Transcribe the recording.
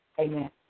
amen